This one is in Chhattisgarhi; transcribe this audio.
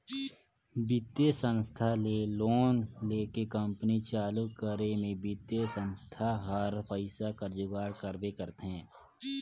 बित्तीय संस्था ले लोन लेके कंपनी चालू करे में बित्तीय संस्था हर पइसा कर जुगाड़ करबे करथे